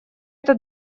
эта